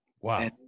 Wow